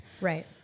Right